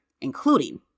including